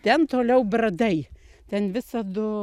ten toliau bradai ten visadu